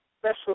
special